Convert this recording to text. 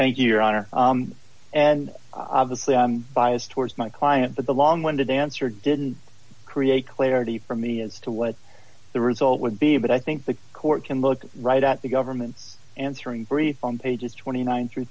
thank you your honor and obviously i'm biased towards my client but the long winded answer didn't create clarity for me as to what the result would be but i think the court can look right at the government answering briefs on pages twenty nine through